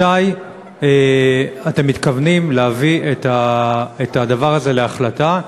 מתי אתם מתכוונים להביא את הדבר הזה להחלטה.